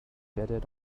jetted